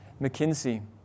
McKinsey